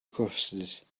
custard